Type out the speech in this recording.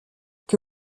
que